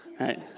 right